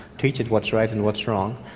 teach it what's right and what's wrong.